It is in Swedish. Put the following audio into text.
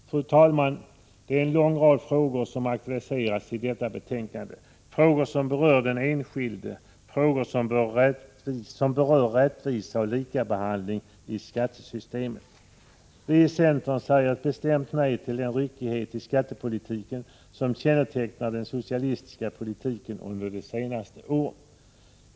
Fru talman! En lång rad frågor aktualiseras i detta betänkande, frågor som berör den enskilde, frågor som berör rättvisa och likabehandling i skattesystemet. Vii centern säger bestämt nej till den ryckighet som kännetecknat den socialistiska skattepolitiken under det senaste året.